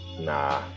Nah